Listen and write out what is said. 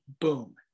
boom